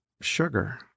sugar